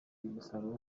musaruro